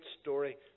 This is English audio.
story